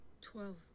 Twelve